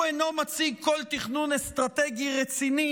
מפחד הקנאים והקיצוניים בממשלתו הוא אינו מציג כל תכנון אסטרטגי רציני.